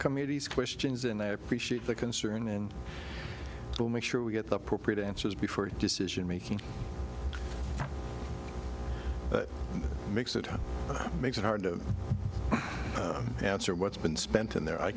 committee's questions and i appreciate the concern and we'll make sure we get the appropriate answers before a decision making that makes it makes it hard to answer what's been spent in there i